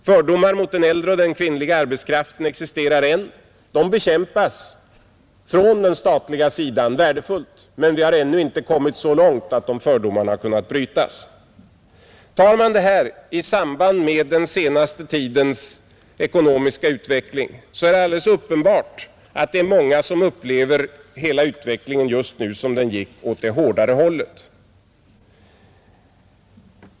Fördomar mot den äldre och kvinnliga arbetskraften existerar fortfarande, De bekämpas från den statliga sidan, vilket är värdefullt, men vi har ännu inte kommit så långt att dessa fördomar har kunnat brytas. Tar man detta i samband med den senaste tidens ekonomiska utveckling, är det alldeles uppenbart att många upplever hela utvecklingen just nu som om den gick åt det hårdare hållet.